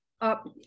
up